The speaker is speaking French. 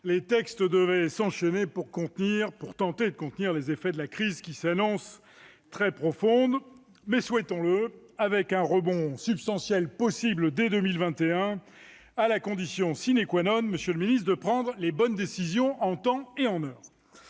Les textes devaient s'enchaîner pour tenter de contenir les effets de la crise, qui s'annonce très profonde, mais, souhaitons-le, avec un rebond substantiel possible dès 2021, à la condition de prendre les bonnes décisions en temps et en heure.